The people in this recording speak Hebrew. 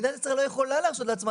מדינת ישראל לא יכולה להרשות לעצמה